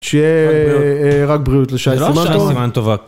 שיהיה רק בריאות לשי סימן טובה.